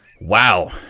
wow